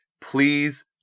please